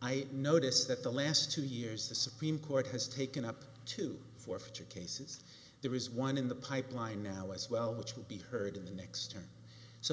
i notice that the last two years the supreme court has taken up two forfeiture cases there is one in the pipeline now as well which will be heard in the next term so